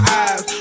eyes